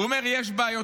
הוא אומר: יש בעיות.